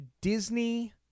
Disney